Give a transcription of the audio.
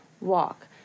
walk